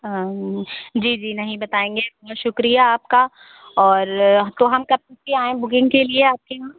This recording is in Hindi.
हाँ जी जी नहीं बताएंगे बहुत शुक्रिया आपका और तो हम कब के आएं बुकिंग के लिए आपके यहाँ